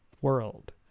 world